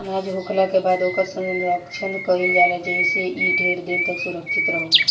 अनाज होखला के बाद ओकर संरक्षण कईल जाला जेइसे इ ढेर दिन तक सुरक्षित रहो